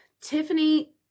Tiffany